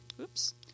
Oops